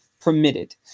permitted